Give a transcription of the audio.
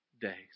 days